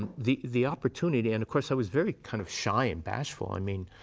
and the the opportunity-and of course, i was very kind of shy and bashful. i mean,